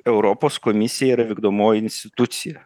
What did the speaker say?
europos komisija yra vykdomoji institucija